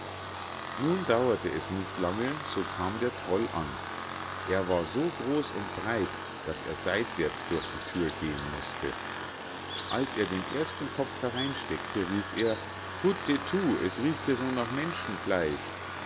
nun dauerte es nicht lange so kam der troll an er war so groß und breit daß er seitwärts durch die thür gehen mußte als er den ersten kopf hereinsteckte rief er hutetu es riecht hier so nach menschenfleisch